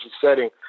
setting